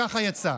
ככה יצא.